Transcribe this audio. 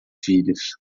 filhos